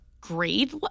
grade